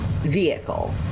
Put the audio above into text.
vehicle